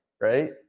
right